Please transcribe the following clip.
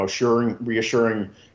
reassuring